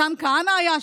מתן כהנא היה שם.